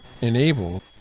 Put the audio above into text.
enabled